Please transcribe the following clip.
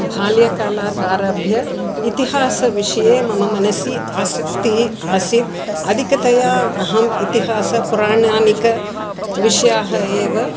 बाल्यकालात् आरभ्य इतिहासविषये मम मनसि आसक्तिः आसीत् अधिकतया अहम् इतिहासः पुराणादिकाः विषयाः एव